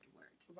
work